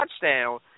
touchdown